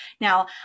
Now